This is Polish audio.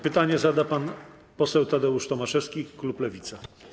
Pytanie zada pan poseł Tadeusz Tomaszewski, klub Lewica.